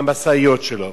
עם המשאיות שלו.